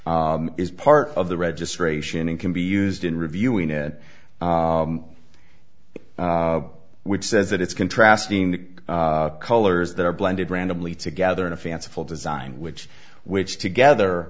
fact is part of the registration and can be used in reviewing it which says that it's contrasting colors that are blended randomly together in a fanciful design which which together